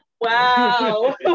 Wow